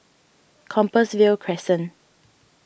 Compassvale Crescent